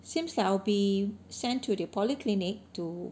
seems like I'll be sent to the polyclinic to